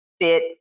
fit